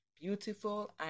beautiful